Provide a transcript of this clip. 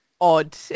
odd